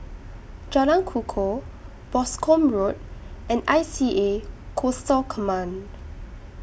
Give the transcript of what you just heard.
Jalan Kukoh Boscombe Road and I C A Coastal Command